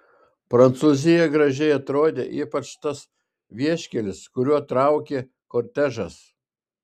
prancūzija gražiai atrodė ypač tas vieškelis kuriuo traukė kortežas